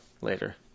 later